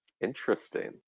Interesting